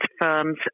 firms